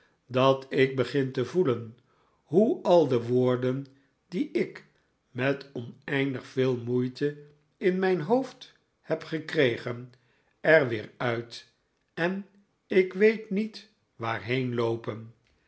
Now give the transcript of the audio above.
dat ik begin te voelen hoe al de woorden die ik met oneindig veel moeite in mijn hoofd heb gekregen er weer uit en ik weet niet waarheen loopen